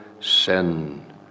Sin